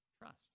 trust